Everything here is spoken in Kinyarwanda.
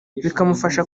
bikamufasha